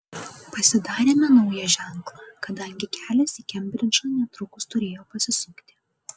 pasidarėme naują ženklą kadangi kelias į kembridžą netrukus turėjo pasisukti